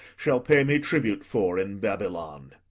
shall pay me tribute for in babylon.